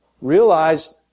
Realize